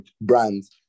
brands